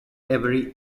every